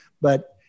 but-